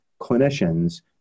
clinicians